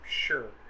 Sure